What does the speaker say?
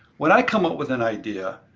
when i come up with an idea,